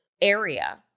area